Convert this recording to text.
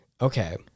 Okay